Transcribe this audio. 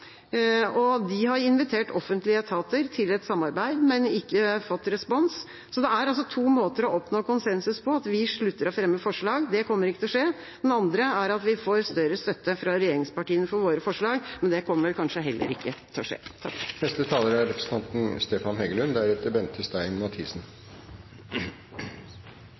De har invitert offentlige etater til et samarbeid, men ikke fått respons. Så det er altså to måter å oppnå konsensus på: at vi slutter å fremme forslag – det kommer ikke til å skje. Den andre er at vi får større støtte fra regjeringspartiene for våre forslag, men det kommer vel kanskje heller ikke til å skje.